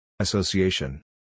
Association